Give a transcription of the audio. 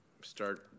start